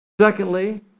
Secondly